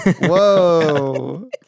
Whoa